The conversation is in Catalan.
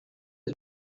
els